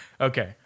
Okay